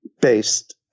based